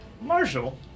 Marshall